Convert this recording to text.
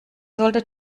sollte